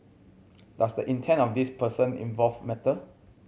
does the intent of this person involved matter